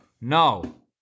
No